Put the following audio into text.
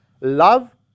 Love